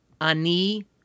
Ani